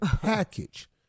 package